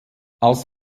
als